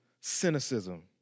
cynicism